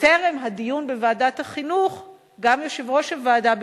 בטרם הדיון בוועדת החינוך גם יושב-ראש הוועדה ביקש,